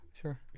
sure